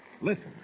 Listen